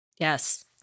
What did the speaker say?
Yes